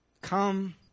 come